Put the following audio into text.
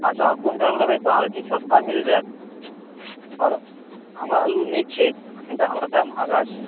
अच्छा अहाँ क्विण्टलमे लेबै तऽ अहाँकेँ किछु सस्ता पड़ि जायत आओर हमरा आलू नीक छै तनिका हमर तैँ महङ्गा छै